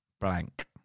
blank